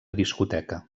discoteca